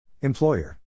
Employer